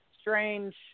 strange